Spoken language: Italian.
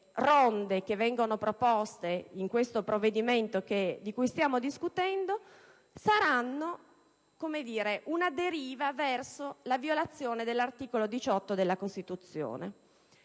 ronde proposte nel provvedimento di cui stiamo discutendo saranno una deriva verso la violazione dell'articolo 18 della Costituzione.